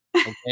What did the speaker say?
Okay